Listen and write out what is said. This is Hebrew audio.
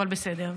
אבל בסדר,